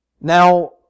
Now